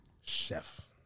chef